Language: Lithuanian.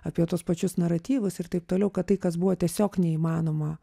apie tuos pačius naratyvus ir taip toliau kad tai kas buvo tiesiog neįmanoma